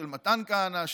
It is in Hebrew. של מתן כהנא,